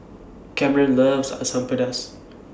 Cameron loves Asam Pedas